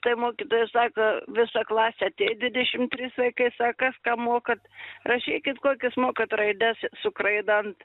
tai mokytojas sako visa klasė atė dvidešim trys vaikai sa kas ką mokat rašykit kokias mokat raides su kraida ant